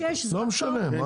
לא משנה.